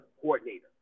coordinator